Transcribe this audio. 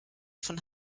von